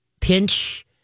pinch